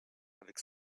avec